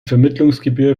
vermittlungsgebühr